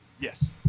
Yes